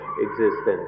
existence